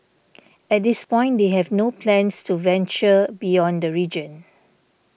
at this point they have no plans to venture beyond the region